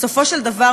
בסופו של דבר,